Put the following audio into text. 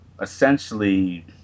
essentially